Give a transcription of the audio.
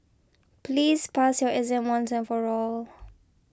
please pass your exam once and for all